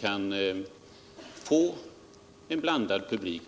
kan få en blandad publik.